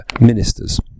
ministers